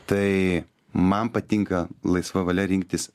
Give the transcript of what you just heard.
tai man patinka laisva valia rinktis